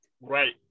Right